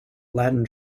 latin